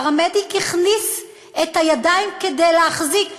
פרמדיק הכניס את הידיים כדי להחזיק,